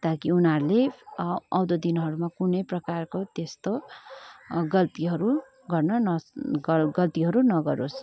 ताकि उनीहरूले आउँदो दिनहरूमा कुनै प्रकारको त्यस्तो गल्तीहरू गर्न गल्तीहरू नगरोस्